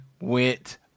went